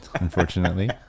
unfortunately